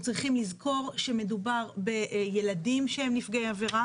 אנחנו צריכים לזכור שמדובר בילדים שהם נפגעי עבירה